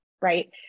right